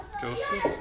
Joseph